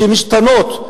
שמשתנות,